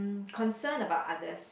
mm concern about others